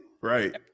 Right